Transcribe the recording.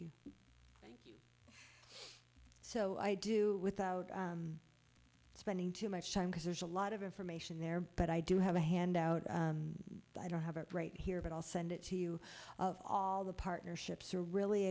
and thank you so i do without spending too much time because there's a lot of information there but i do have a handout but i don't have it right here but i'll send it to you of all the partnerships are really